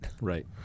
right